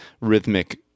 rhythmic